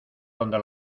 donde